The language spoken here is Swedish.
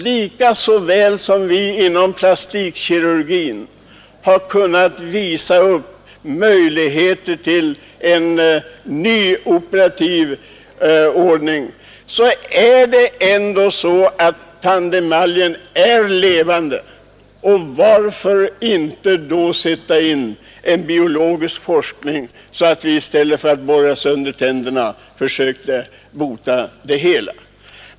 Lika väl som vi inom plastikkirurgin har kunnat visa upp möjligheter till en ny operativ ordning är det ändå så, att tandemaljen är levande. Varför inte då sätta in en biologisk forskning, så att vi i stället för att borra sönder tänderna kunde försöka bota?